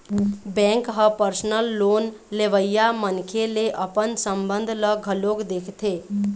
bank ह personal loan लेवइया मनखे ले अपन संबंध ल घलोक देखथे